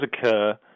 occur